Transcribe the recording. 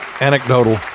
anecdotal